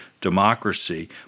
democracy